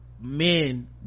men